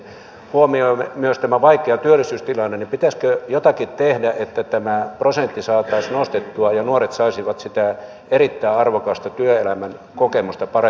huomioiden myös tämän vaikean työllisyystilanteen pitäisikö jotakin tehdä että tämä prosentti saataisiin nostettua ja nuoret saisivat sitä erittäin arvokasta työelämän kokemusta paremmin kuin tänä päivänä